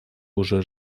уже